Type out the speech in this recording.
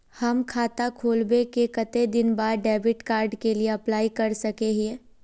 हम खाता खोलबे के कते दिन बाद डेबिड कार्ड के लिए अप्लाई कर सके हिये?